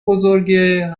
بزرگه